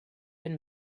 and